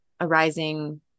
arising